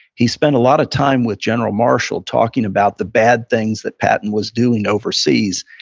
he spent a lot of time with general marshall talking about the bad things that patton was doing overseas.